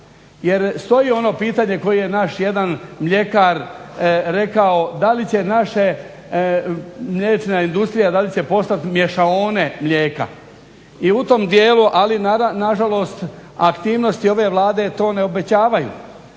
Jer stoji ono pitanje koje je naš jedan mljekar rekao, da li će naše, mliječna industrija da li će postati mješaone mlijeka. I u tom dijelu ali nažalost aktivnosti ove Vlade to ne obećavaju